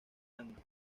anna